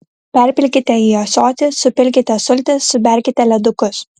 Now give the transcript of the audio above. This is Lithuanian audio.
perpilkite į ąsotį supilkite sultis suberkite ledukus